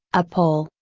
a pole,